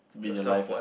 to be in your life ah